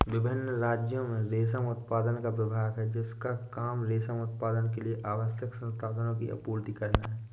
विभिन्न राज्यों में रेशम उत्पादन का विभाग है जिसका काम रेशम उत्पादन के लिए आवश्यक संसाधनों की आपूर्ति करना है